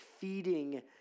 feeding